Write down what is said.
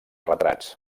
retrats